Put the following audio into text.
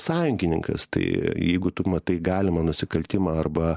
sąjungininkas tai jeigu tu matai galimą nusikaltimą arba